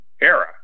era